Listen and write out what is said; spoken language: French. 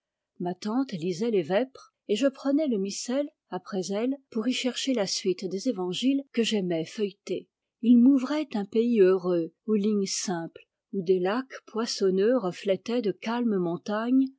ma tante lisait les vêpres et je prenais le missel après elle pour y chercher la suite des évangiles que j'aimais feuilleter ils m'ouvraient un pays heureux aux lignes simples où des lacs poissonneux reflétaient de calmes montagnes